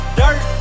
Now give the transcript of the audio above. dirt